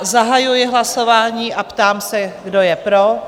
Zahajuji hlasování a ptám se, kdo je pro?